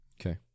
Okay